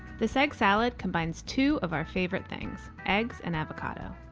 this egg salad combines two of our favorite things eggs and avocado.